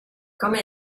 come